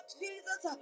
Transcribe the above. jesus